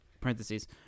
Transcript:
parentheses